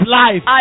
life